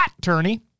Tourney